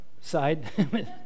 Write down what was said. side